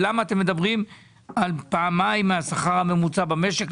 ולמה אתם מדברים על פעמיים מהשכר הממוצע במשק,